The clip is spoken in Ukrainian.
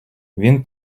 він